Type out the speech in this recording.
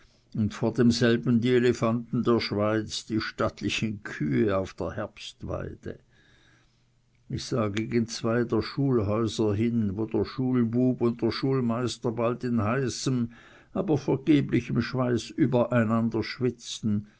und vor demselben die elefanten der schweiz die stattlichen kühe auf der herbstweide ich sah gegen zwei der schulhäuser hin wo der schulbub und der schulmeister bald in heißem aber vergeblichem schweiß über einander schwitzten